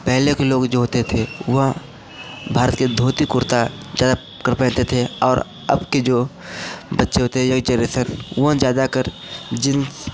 पहले के लोग जो होते थे वह भारत के धोती कुर्ता ज्यादा थे और अब के जो बच्चे होते यही जेनरेसन वो ज्यादा कर जिन्स